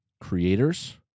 creators